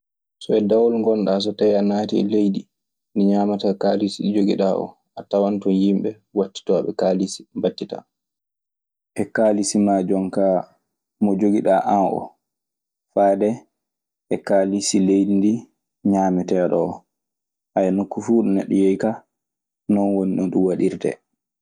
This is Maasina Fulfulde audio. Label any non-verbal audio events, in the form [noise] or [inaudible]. So e dawol ngonɗaa so a naati e leydi ndi ñaamataa kaalissi mo jogiiɗaa oo a tawan ton yimɓe wattitooɓe kaalissi mbattita. E kaalisi maa jon kaa mo jogiɗaa an oo faade e kaalisi leydi ndii ñaameteeɗo oo. [hesitation] nokku fuu ɗo neɗɗo yehi kaa non woni no ɗun waɗirtee.